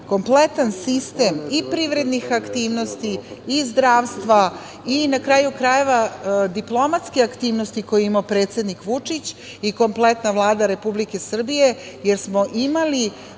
kompletan sistem i privrednih aktivnosti i zdravstva i, na kraju krajeva, diplomatske aktivnosti koje je imao predsednik Vučić i kompletna Vlada Republike Srbije, jer smo